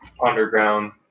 Underground